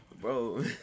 Bro